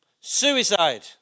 Suicide